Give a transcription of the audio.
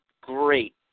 great